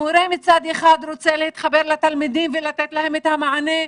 המורה מצד אחד רוצה להתחבר לתלמידים ולתת להם את המענה,